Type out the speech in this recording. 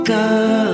Girl